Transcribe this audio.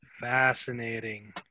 Fascinating